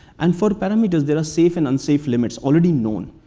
and for the parameters, there are safe and unsafe limits already known.